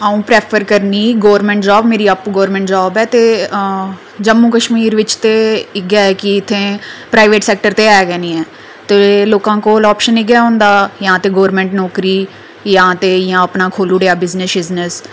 ते अ'ऊ प्रैफर करनी गौरमैंट जॉब ते मेरी आपूं गौरमैंट जॉब ऐ ते जम्मू कशमीर बिच्च ते इ'यै कि इत्थें प्राईवेट सैक्टर ते ऐ गै निं ऐ ते लोकें कोल ऑप्शन इ'यै होंदा जां गौरमैंट नौकरी ते जां ते अपना खोल्ली ओड़ेआ बिजनेस शिजनेश